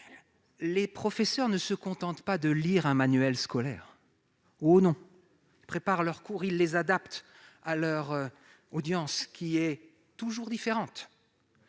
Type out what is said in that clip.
Les professeurs ne se contentent pas de lire un manuel scolaire. Pas du tout ! Ils préparent leurs cours, ils les adaptent à leur audience, qui est toujours différente.